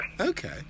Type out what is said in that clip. okay